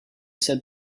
said